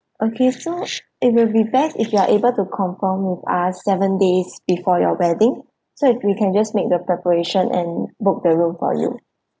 okay so it will be best if you are able to confirm with us seven days before your wedding so that we can just make the preparation and book the room for you